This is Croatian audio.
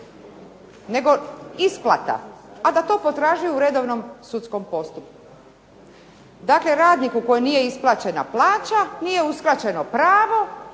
nego isplata, a da to potražuje u redovnom sudskom postupku. Dakle, radniku kojem nije isplaćena plaća, nije uskraćeno pravo,